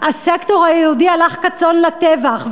הסקטור היהודי הלך כצאן לטבח,